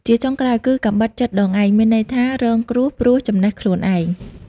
ជាចុងក្រោយគឺ កាំបិតចិតដងឯង មានន័យថា រងគ្រោះព្រោះចំណេះខ្លួនឯង ។